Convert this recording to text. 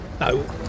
no